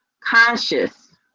conscious